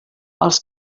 els